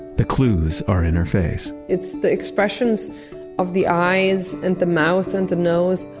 the clues are in her face. it's the expressions of the eyes, and the mouth and nose.